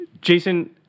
Jason